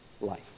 life